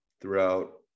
throughout